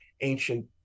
ancient